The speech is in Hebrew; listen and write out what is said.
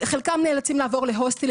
יש לנו דיור ציבורי,